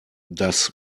das